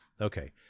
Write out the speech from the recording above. Okay